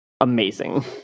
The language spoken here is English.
amazing